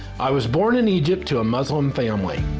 i was born in egypt to a muslim family.